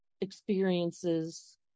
experiences